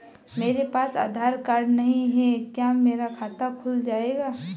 मेरे पास आधार कार्ड नहीं है क्या मेरा खाता खुल जाएगा?